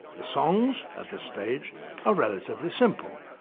the songs at this stage are relatively simple.